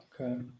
Okay